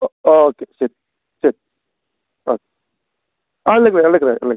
ഓ okay ശരി ശരി okay ആ വെള്ളിയാഴ്ച പോയാൽ മതി വെള്ളിയാഴ്ച പോയാൽ മതി വെള്ളിയാഴ്ച